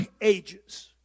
Ages